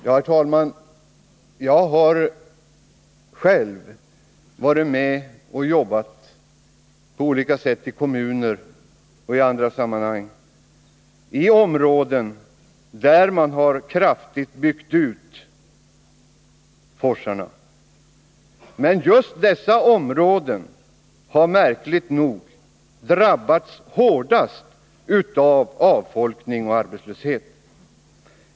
Jag har, herr talman, själv varit med och jobbat på olika sätt i kommuner och i andra sammanhang i områden där man kraftigt har byggt ut forsarna. Men just dessa områden har märkligt nog drabbats hårdast av avfolkning och arbetslöshet.